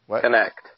Connect